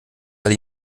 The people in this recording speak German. weil